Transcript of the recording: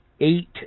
Eight